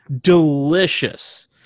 Delicious